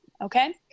okay